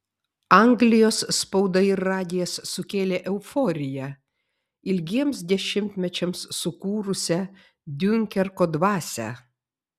anglijos spauda ir radijas sukėlė euforiją ilgiems dešimtmečiams sukūrusią diunkerko dvasią